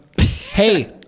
Hey